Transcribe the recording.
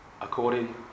According